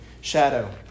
shadow